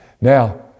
Now